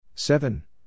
Seven